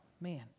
man